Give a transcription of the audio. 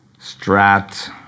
strat